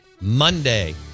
Monday